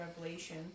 Revelation